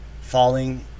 falling